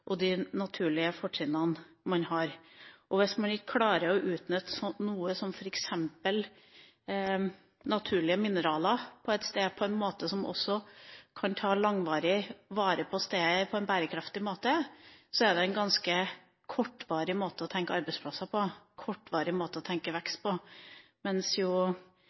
og de naturlige fortrinnene man har. Hvis man ikke klarer å utnytte noe på et sted, f.eks. naturlige mineraler, på en måte som på lang sikt også kan ta vare på stedet på en bærekraftig måte, er det en ganske kortvarig måte å tenke arbeidsplasser på, en kortvarig måte å tenke vekst på.